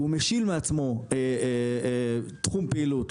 והוא משיל מעצמו תחום פעילות,